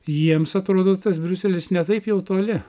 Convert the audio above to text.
jiems atrodo tas briuselis ne taip jau toli